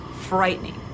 frightening